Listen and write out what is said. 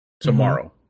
tomorrow